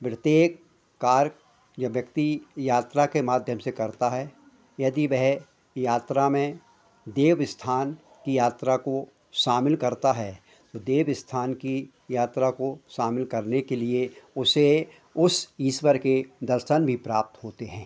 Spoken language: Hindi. प्रत्येक कार्य जब व्यक्ति यात्रा के माध्यम से करता है यदि वे यात्रा में देव स्थान की यात्रा को शामिल करता है तो देव स्थान की यात्रा को शामिल करने के लिए उसे उस ईश्वर के दर्शन भी प्राप्त होते हैं